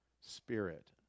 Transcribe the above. spirit